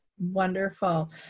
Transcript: Wonderful